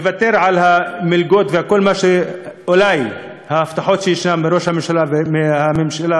מוותר על המלגות ועל כל ההבטחות של ראש הממשלה ושל הממשלה,